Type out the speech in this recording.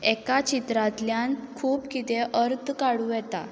एका चित्रातल्यान खूब किदें अर्थ काडूं येता